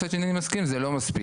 מצד שני אני מסכים זה לא מספיק,